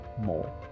more